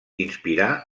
inspirar